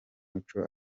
muco